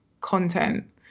content